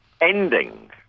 ending